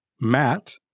Matt